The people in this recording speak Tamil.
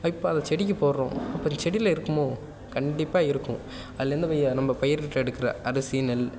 இப்போ அதை செடிக்கு போடுறோம் அப்போ அந்த செடியில இருக்குமோ கண்டிப்பாக இருக்கும் அதுலேருந்து நம்ம பயிரிட்டு எடுக்கிற அரிசி நெல்